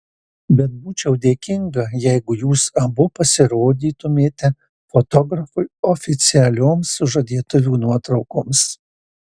bet būčiau dėkinga jeigu jūs abu pasirodytumėte fotografui oficialioms sužadėtuvių nuotraukoms